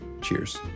Cheers